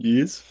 Yes